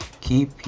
keep